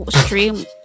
stream